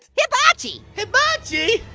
yeah hibachi. hibachi?